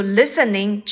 listening